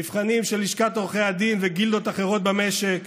מבחנים של לשכת עורכי הדין וגילדות אחרות במשק,